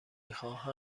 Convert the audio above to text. خواهم